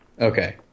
Okay